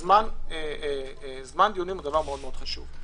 שזמן דיונים הוא דבר מאוד חשוב.